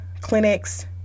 clinics